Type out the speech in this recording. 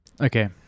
Okay